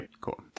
cool